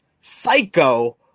Psycho